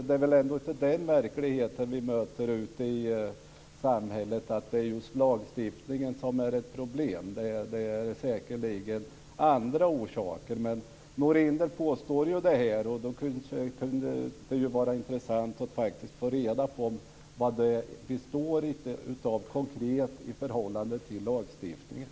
Det är väl ändå inte den verkligheten vi möter ute i samhället - att det är just lagstiftningen som är ett problem. Det finns säkerligen andra orsaker. Men Norinder påstår ju detta, och då kunde det vara intressant att få reda på vari detta består konkret i förhållande till lagstiftningen.